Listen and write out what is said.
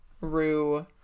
Rue